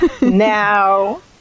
Now